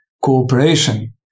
cooperation